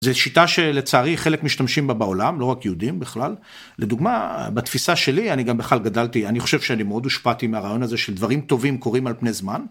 זה שיטה שלצערי חלק משתמשים בה בעולם לא רק יהודים בכלל לדוגמה בתפיסה שלי אני גם בכלל גדלתי אני חושב שאני מאוד הושפעתי מהרעיון הזה של דברים טובים קורים על פני זמן.